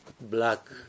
black